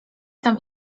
tam